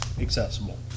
accessible